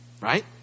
Right